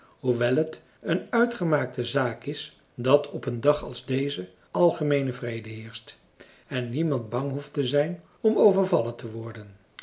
hoewel t een uitgemaakte zaak is dat op een dag als deze algemeene vrede heerscht en niemand bang hoeft te zijn om overvallen te worden